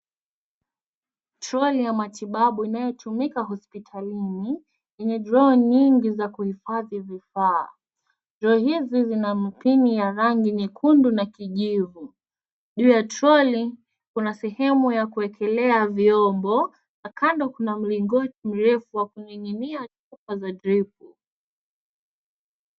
Troli ya matibabu inayotumika hospitalini, yenye droo nyingi za kuhifadhi vifaa. Droo hizi zina mpini ya rangi nyekundu na kijivu. Juu ya troli kuna sehemu ya kuwekelea vyombo, na kando kuna mlingoti mrefu wa kuning'inia chupa za drepu.